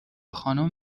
خانوم